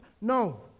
No